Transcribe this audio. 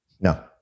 No